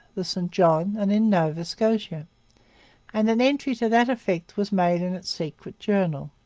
the st john, and in nova scotia' and an entry to that effect was made in its secret journal.